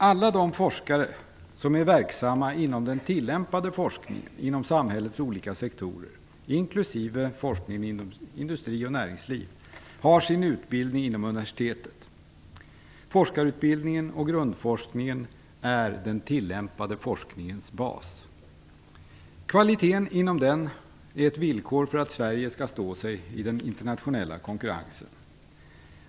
Alla de forskare som är verksamma inom den tillämpade forskningen inom samhällets olika sektorer inklusive forskningen inom industri och näringsliv, har sin utbildning inom universitetet. Forskarutbildningen och grundforskningen är den tillämpade forskningens bas. Kvaliteten inom denna är ett villkor för att Sverige skall stå sig i den internationella konkurrensen.